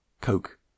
coke